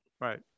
Right